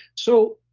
so,